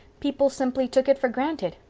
people simply took it for granted.